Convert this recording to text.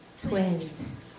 twins